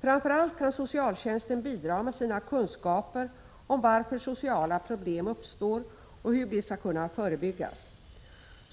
Framför allt kan socialtjänsten bidra med sina kunskaper om varför sociala problem uppstår och hur de skall kunna förebyggas.